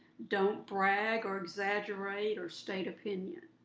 don't brag, or exaggerate, or state opinion.